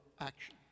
action